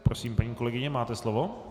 Prosím, paní kolegyně, máte slovo.